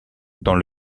dans